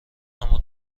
اما